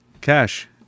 Cash